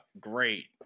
Great